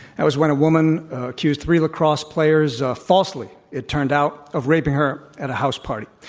that was when a woman accused three lacrosse players falsely, it turned out, of raping her at a house party.